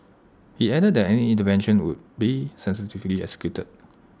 he added that any intervention will be sensitively executed